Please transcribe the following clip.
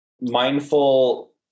mindful